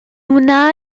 wna